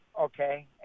Okay